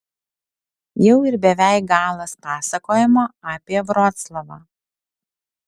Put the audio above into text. jau ir beveik galas pasakojimo apie vroclavą